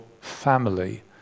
family